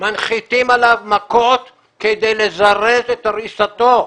מנחיתים עליו מכות כדי לזרז את הריסתו.